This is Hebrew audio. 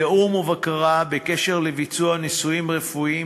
תיאום ובקרה בקשר לביצוע ניסויים רפואיים